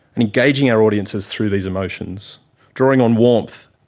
and engaging our audiences through these emotions drawing on warmth,